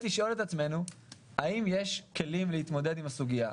שני לשאול את עצמנו האם יש כלים להתמודד עם הסוגייה.